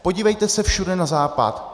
Podívejte se všude na západ.